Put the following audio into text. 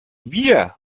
wir